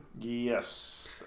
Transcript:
Yes